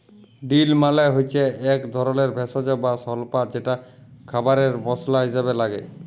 deal মালে হচ্যে এক ধরলের ভেষজ বা স্বল্পা যেটা খাবারে মসলা হিসেবে লাগে